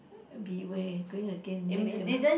be way going again next year meh